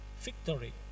victory